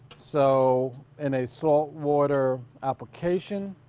so in a saltwater application,